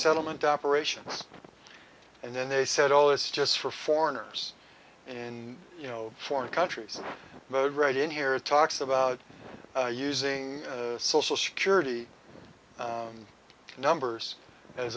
settlement operation and then they said all this just for foreigners and you know foreign countries right in here talks about using social security numbers as